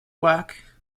work